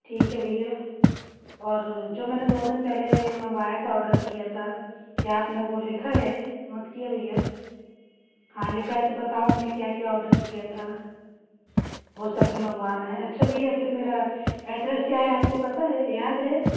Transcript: ठीक है भैया और जो मैंने दो दिन पहले मँगवाया था आर्डर किया था क्या आपने वो लिखा है नोट किया भैया हाँ लिखा है तो बताओ मैंने क्या क्या आर्डर किया था वह सब भी मँगवाना है अच्छा भैया फिर मेरा एड्रेस क्या है आपको पता है याद है